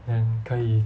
then 可以